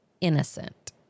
innocent